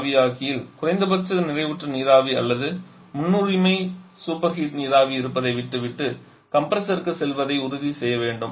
ஆவியாக்கியில் குறைந்தபட்சம் நிறைவுற்ற நீராவி அல்லது முன்னுரிமை சூப்பர் ஹீட் நீராவி இருப்பதை விட்டுவிட்டு கம்ப்ரசருக்குச் செல்வதை உறுதி செய்ய வேண்டும்